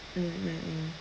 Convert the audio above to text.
mm mm mm